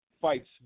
fights